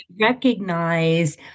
recognize